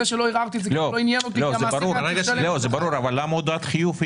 לא ערערתי כי זה כבר לא עניין אותי, כי המעסיק היה